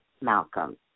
Malcolm